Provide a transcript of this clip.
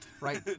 right